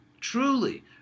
truly